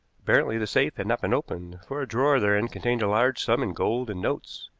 apparently the safe had not been opened, for a drawer therein contained a large sum in gold and notes,